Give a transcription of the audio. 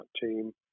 team